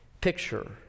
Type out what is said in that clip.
picture